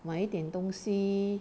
买一点东西